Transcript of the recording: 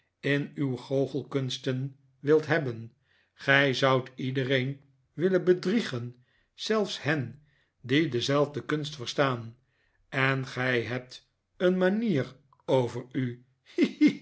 in uw goochelkunsten wilt hebben gij zoudt iedereen willen bedriegen zelfs hen die dezelfde kunst verstaan en gij hebt een manier over u